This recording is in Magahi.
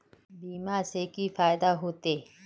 बीमा से की फायदा होते?